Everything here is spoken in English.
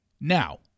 Now